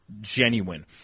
genuine